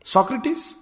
Socrates